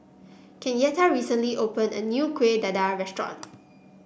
Kenyatta recently opened a new Kueh Dadar restaurant